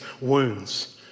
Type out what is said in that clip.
wounds